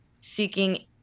seeking